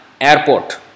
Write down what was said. airport